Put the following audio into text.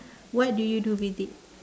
what do you do with it